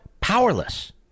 powerless